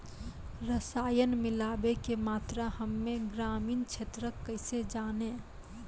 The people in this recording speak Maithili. रसायन मिलाबै के मात्रा हम्मे ग्रामीण क्षेत्रक कैसे जानै?